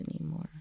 anymore